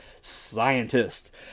scientist